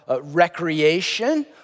recreation